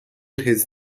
his